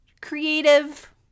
creative